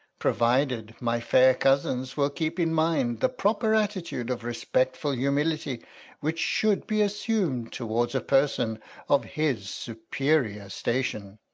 provided my fair cousins will keep in mind the proper attitude of respectful humility which should be assumed toward a person of his superior station.